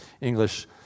English